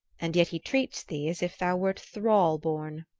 and yet he treats thee as if thou wert thrall-born.